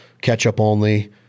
ketchup-only